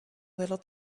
little